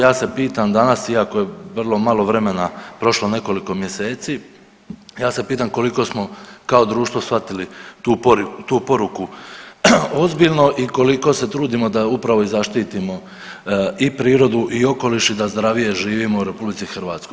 Ja se pitam danas iako je vrlo malo vremena prošlo nekoliko mjeseci, ja se pitam koliko smo kao društvo shvatili tu poruku ozbiljno i koliko se trudimo da upravo i zaštitimo i prirodu i okoliš i da zdravije živimo u RH.